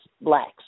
blacks